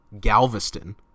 Galveston